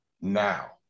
now